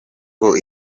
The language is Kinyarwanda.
ngo